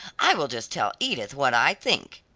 i will just tell edith what i think.